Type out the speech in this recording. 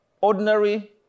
Ordinary